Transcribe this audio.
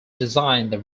designed